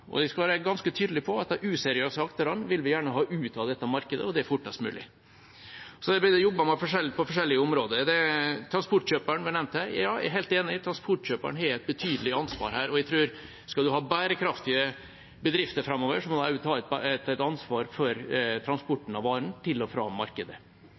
skal være ganske tydelige på at de useriøse aktørene vil vi gjerne ha ut av dette markedet, og det fortest mulig. Det blir det jobbet med på forskjellige områder. Transportkjøperen var nevnt her. Ja, jeg er helt enig, transportkjøperen har et betydelig ansvar her, og jeg tror at skal man ha bærekraftige bedrifter framover, må man også ta et ansvar for transporten av varene til og fra markedet.